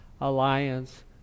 Alliance